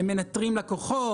הם מנטרים לקוחות,